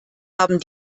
haben